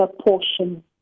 portion